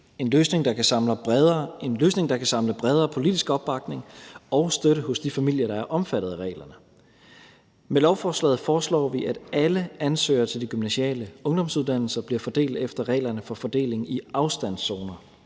en løsning, der kan samle bredere politisk opbakning og støtte hos de familier, der er omfattet af reglerne. Med lovforslaget foreslår vi, at alle ansøgere til de gymnasiale ungdomsuddannelser bliver fordelt efter reglerne for fordeling i afstandszoner.